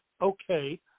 okay